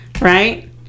right